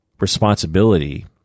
responsibility